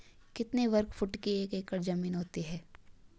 कितने वर्ग फुट की एक एकड़ ज़मीन होती है?